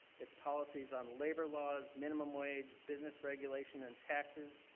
it's policies on labor laws, minimum wage, business regulation, and taxes.